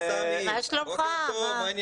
בוקר טוב.